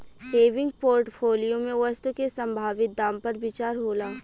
हेविंग portfolio में वस्तु के संभावित दाम पर विचार होला